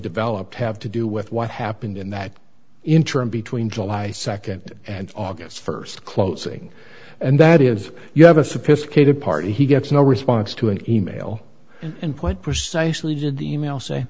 developed have to do with what happened in that interim between july second and august first closing and that is you have a sophisticated party he gets no response to an e mail and point for so i saluted the e mail say